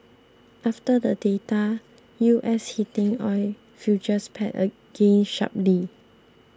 after the data U S heating oil futures pared gains sharply